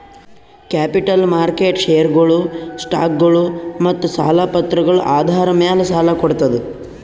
capital market ಷೇರ್ಗೊಳು, ಸ್ಟಾಕ್ಗೊಳು ಮತ್ತ್ ಸಾಲ ಪತ್ರಗಳ್ ಆಧಾರ್ ಮ್ಯಾಲ್ ಸಾಲ ಕೊಡ್ತದ್